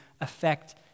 affect